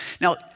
Now